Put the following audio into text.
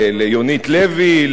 ליונית לוי,